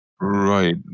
Right